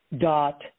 dot